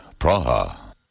Praha